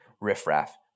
riffraff